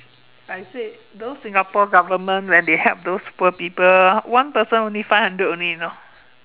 I said those Singapore goverment when they help those poor people one person only five hundred only you know